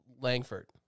Langford